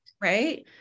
right